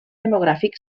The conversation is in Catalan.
demogràfic